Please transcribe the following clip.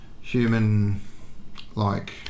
human-like